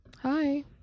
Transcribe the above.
Hi